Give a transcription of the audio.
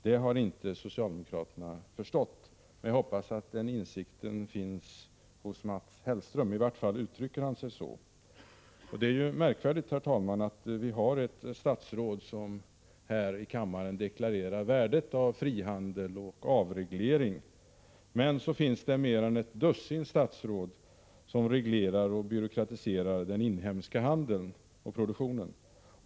Det har socialdemokraterna inte förstått, men jag hoppas att Mats Hellström har den insikten — han uttrycker sig i varje fall så. Det är märkvärdigt, herr talman, att det finns ett statsråd som här i kammaren deklarerar värdet av frihandel och avreglering, när det finns mer än ett dussin statsråd som reglerar och byråkratiserar den inhemska handeln och produktionen.